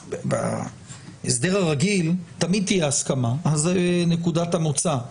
בהסדר הרגיל תמיד תהיה הסכמה, אז נקודת המוצא.